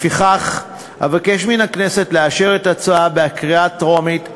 לפיכך אבקש מן הכנסת לאשר את ההצעה בקריאה הטרומית,